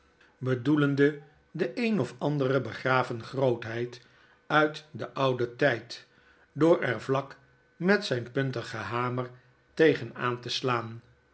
bedoelende de een of andere begraven grootheid uit den ouden tyd door er vlak met zyn puntigen hamer tegen aan te slaan